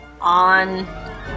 on